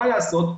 מה לעשות,